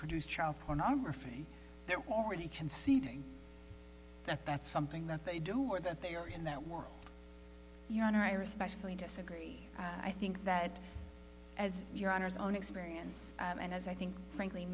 produce child pornography they're already conceding that that's something that they do or that they are in that war your honor i respectfully disagree i think that as your honour's own experience and as i think frankly